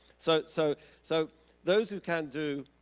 so so so those who can, do.